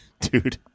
Dude